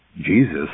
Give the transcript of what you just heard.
Jesus